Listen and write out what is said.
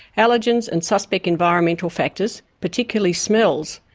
allergens and suspect environmental factors particularly smells,